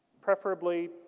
preferably